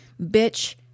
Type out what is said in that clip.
Bitch